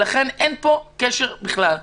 לכן אין פה קשר בכלל.